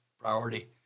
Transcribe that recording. priority